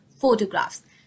photographs